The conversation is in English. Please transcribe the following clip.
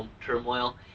turmoil